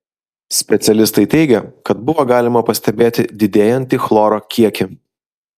specialistai teigė kad buvo galima pastebėti didėjantį chloro kiekį